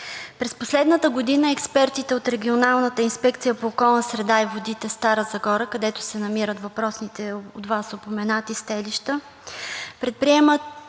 През последната година експертите от Регионалната инспекция по околната среда и водите в Стара Загора, където се намират въпросните, упоменати от Вас селища, предприемат